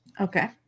Okay